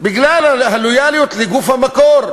בגלל הלויאליות לגוף המקור,